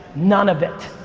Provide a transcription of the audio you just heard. none of it.